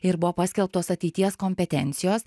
ir buvo paskelbtos ateities kompetencijos